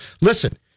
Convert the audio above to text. listen